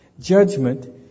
Judgment